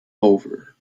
over